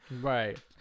right